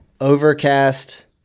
overcast